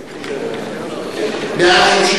נא להצביע.